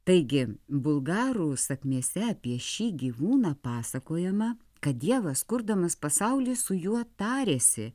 taigi bulgarų sakmėse apie šį gyvūną pasakojama kad dievas kurdamas pasaulį su juo tarėsi